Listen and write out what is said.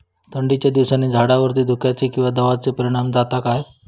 थंडीच्या दिवसानी झाडावरती धुक्याचे किंवा दवाचो परिणाम जाता काय?